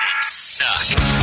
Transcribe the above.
suck